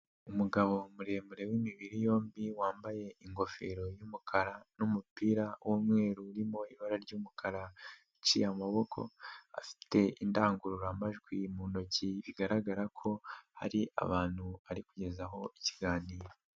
Umugabo muremure w'imibiri yombi wambaye ingofero y'umukara n'umupira w'umweru urimo ibara ry'umukara uciye amaboko, afite indangururamajwi mu ntoki bigaragara ko hari abantu ari kugezaho ikiganiro.